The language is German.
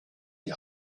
die